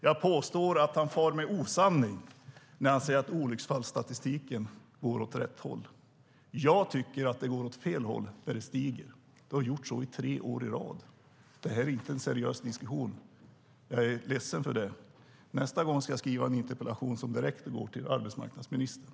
Jag påstår att han far med osanning när han säger att olycksfallsstatistiken går åt rätt håll. Jag tycker att det går åt fel håll när den stiger. Det har den gjort i tre år i rad. Det här är inte en seriös diskussion, och jag är ledsen för det. Nästa gång ska jag skriva en interpellation som går direkt till arbetsmarknadsministern.